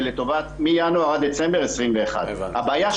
זה לטובת ינואר עד דצמבר 21. הבעיה היא